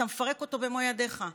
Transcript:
אתה מפרק אותו במו ידיך.